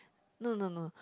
no no no